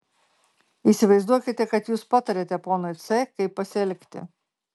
įsivaizduokite kad jūs patariate ponui c kaip pasielgti